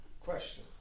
Question